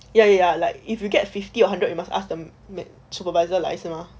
ya ya like if you get fifty or hundred you must ask the ma~ supervisor 来是吗